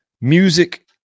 music